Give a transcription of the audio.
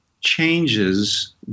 changes